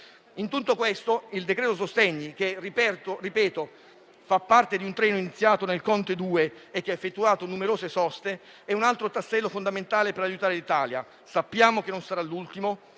In tutto questo, il decreto sostegni, che - ripeto - fa parte di un treno partito con il Conte II e che ha effettuato numerose soste, è un altro tassello fondamentale per aiutare l'Italia. Sappiamo che non sarà l'ultimo